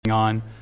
On